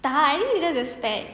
tak I think it's just the specs